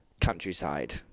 countryside